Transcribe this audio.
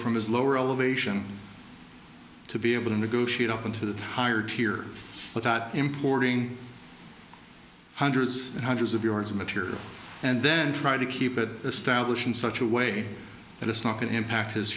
from his lower elevation to be able to negotiate up into the higher tier without importing hundreds and hundreds of yards of material and then try to keep it established in such a way that it's not going to impact his